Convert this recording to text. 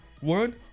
one